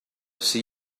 see